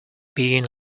being